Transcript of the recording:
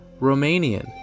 Romanian